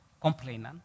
complainant